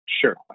Sure